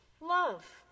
Love